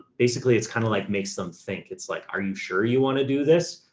basically it's kinda like makes them think it's like, are you sure you want to do this?